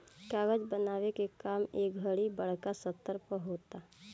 कागज बनावे के काम ए घड़ी बड़का स्तर पर होता